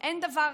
אין דבר כזה.